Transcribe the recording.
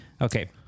Okay